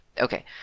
Okay